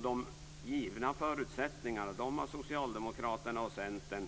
De givna förutsättningarna lade Socialdemokraterna och Centern